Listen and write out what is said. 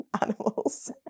animals